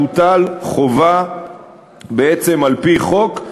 אלא תוטל חובה על-פי חוק,